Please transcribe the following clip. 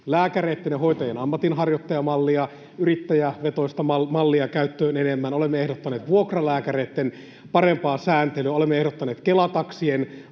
lääkäreitten ja hoitajien ammatinharjoittajamallia, yrittäjävetoista mallia käyttöön enemmän. Olemme ehdottaneet vuokralääkäreitten parempaa sääntelyä. Olemme ehdottaneet Kela-taksien